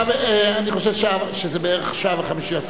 אני חושב שזה בערך שעה ו-50.